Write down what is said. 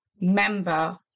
member